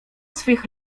swych